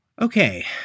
Okay